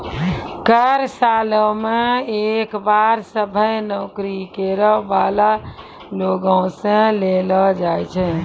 कर सालो मे एक बार सभ्भे नौकरी करै बाला लोगो से लेलो जाय छै